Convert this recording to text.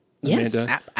Yes